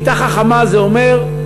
כיתה חכמה זה אומר,